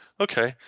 Okay